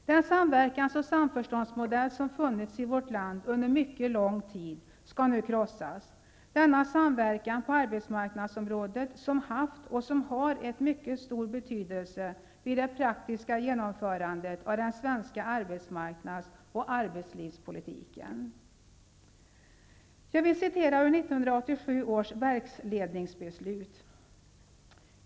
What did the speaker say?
Den samverkans och samförståndsmodell som funnits i vårt land under en mycket lång tid, skall nu krossas -- denna samverkan på arbetsmarknadsområdet som haft och som har en mycket stor betydelse vid det praktiska genomförandet av den svenska arbetsmarknadsoch arbetslivspolitiken. Jag vill citera ur 1987 års verksledningsbeslut.